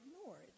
ignored